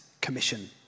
Commission